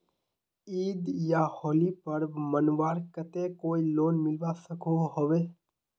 ईद या होली पर्व मनवार केते कोई लोन मिलवा सकोहो होबे?